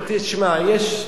לא,